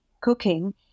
cooking